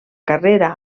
carrera